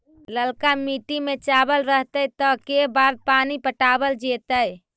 ललका मिट्टी में चावल रहतै त के बार पानी पटावल जेतै?